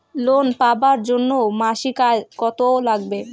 Loan পাবার জন্যে মাসিক আয় কতো লাগবে?